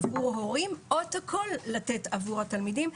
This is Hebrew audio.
עבור הורים או את הכול לתת עבור התלמידים.